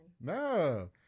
No